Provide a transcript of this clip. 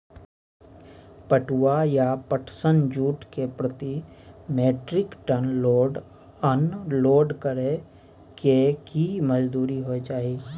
पटुआ या पटसन, जूट के प्रति metric ton load unload करै के की मजदूरी होय चाही?